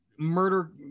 murder